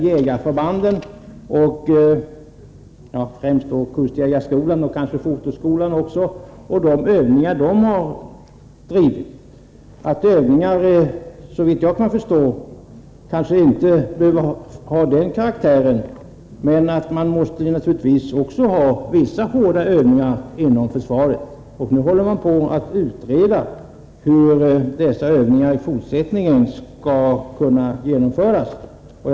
Jägarförbandens, främst kustjägarskolans och kanske också tolkskolans, övningar behöver kanske inte ha en sådan karaktär som det här har varit fråga om. Men det måste naturligtvis också genomföras vissa hårda övningar inom försvaret. Nu håller man på att utreda hur dessa övningar skall kunna genomföras i fortsättningen.